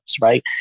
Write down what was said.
right